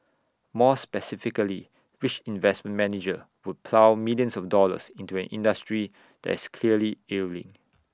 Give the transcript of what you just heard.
more specifically which investment manager would plough millions of dollars into an industry that is clearly ailing